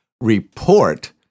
report